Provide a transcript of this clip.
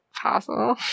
possible